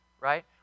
right